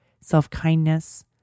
self-kindness